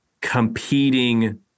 competing